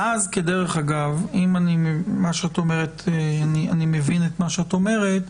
אני מבין את מה שאת אומרת,